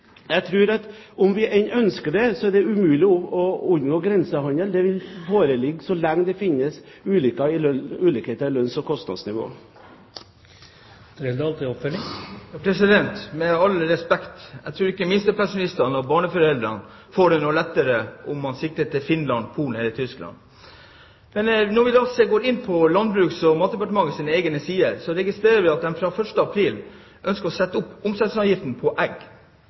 lenge det finnes ulikheter i lønns- og kostnadsnivå. Med all respekt, jeg tror ikke minstepensjonister eller barneforeldre får det noe lettere om man sikter til Finland, Polen eller Tyskland. Når vi går inn på Landbruks- og matdepartementets egne nettsider, registrerer vi at de fra 1. april ønsker å sette opp omsetningsavgiften på egg.